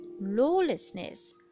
lawlessness